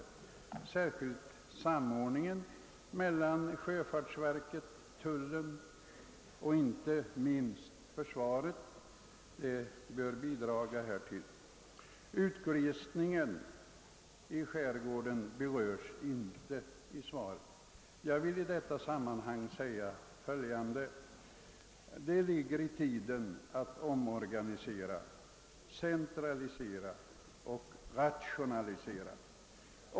Särskilt samordningen mellan = sjöfartsverket, tullen och inte minst försvaret bör bidraga härtill. Utglesningen inom skärgården berörs inte i svaret. Jag vill i detta sammanhang säga följande. Det ligger i tiden att omorganisera, centralisera och rationalisera.